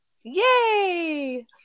yay